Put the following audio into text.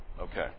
Okay